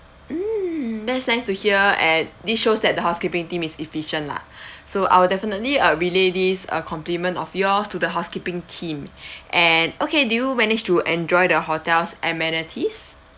mm that's nice to hear and this shows that the housekeeping team is efficient lah so I will definitely err relay this err compliment of yours to the housekeeping team and okay did you manage to enjoy the hotel's amenities